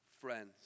friends